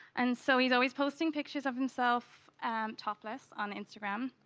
and so he's always pushing pictures of himself topless, on instagram.